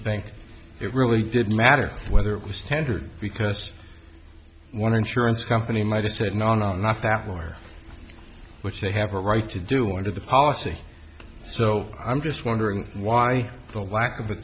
me think it really didn't matter whether it was tendered because one insurance company might have said no not that lawyer which they have a right to do under the policy so i'm just wondering why the lack of